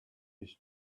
his